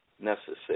necessary